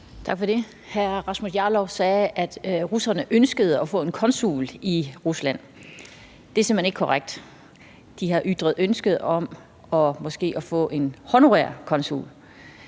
Tak for det. Hr. Rasmus Jarlov sagde, at russerne ønskede at få en konsul i Rusland. Det er simpelt hen ikke korrekt. De har måske ytret ønske om at få en honorær konsul.